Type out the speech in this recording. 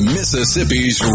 Mississippi's